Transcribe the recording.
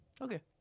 Okay